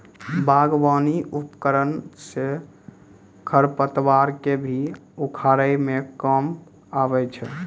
बागबानी उपकरन सँ खरपतवार क भी उखारै म काम आबै छै